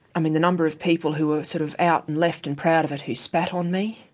i mean, the number of people who were sort of out and left and proud of it who spat on me,